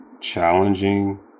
challenging